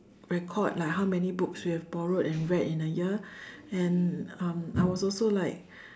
record like how many books we've borrowed and read in a year and um I was also like